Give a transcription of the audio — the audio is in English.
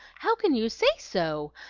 how can you say so?